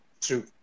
True